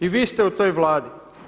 I vi ste u toj Vladi.